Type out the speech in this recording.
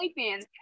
OnlyFans